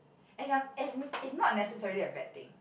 as I'm as it's not necessarily a bad thing